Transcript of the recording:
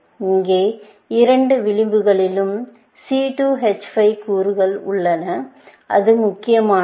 இங்கேஇரண்டு விளிம்புகளிலும் C2 H5 கூறுகள் உள்ளன அது முக்கியமானது